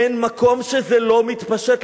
אין מקום שזה לא מתפשט.